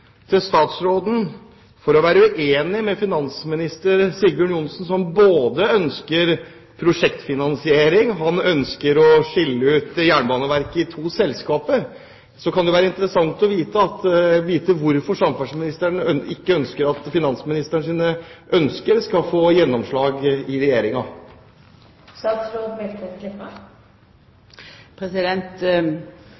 for å være uenig med finansminister Sigbjørn Johnsen, som ønsker både prosjektfinansiering og å dele Jernbaneverket i to selskaper? Så kunne det være interessant å vite hvorfor samferdselsministeren ikke ønsker at finansministeren skal få gjennomslag i